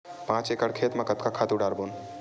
पांच एकड़ खेत म कतका खातु डारबोन?